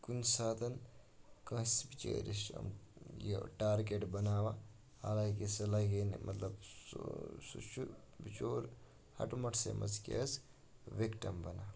کُنہِ ساتَن کٲنٛسہِ بِچٲرِس چھِ یِم یہِ ٹارگیٹ بَناوان حالانکہِ سُہ لَگہِ ہے نہٕ مطلب سُہ سُہ چھِ بِچور ہَٹہٕ مَٹہٕ سٕے منٛز کیٛاہ حظ وِکٹَم بَنان